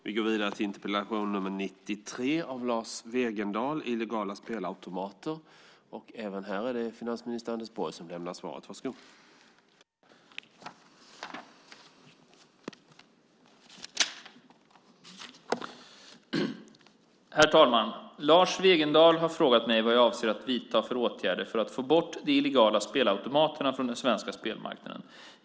Herr talman! Lars Wegendal har frågat mig vad jag avser att vidta för åtgärder för att få bort de illegala spelautomaterna från den svenska spelmarknaden.